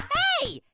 hey.